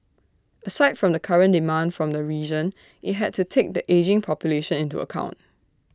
aside from the current demand from the region IT had to take the ageing population into account